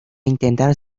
intentar